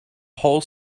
whole